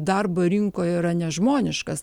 darbo rinkoje yra nežmoniškas